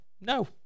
No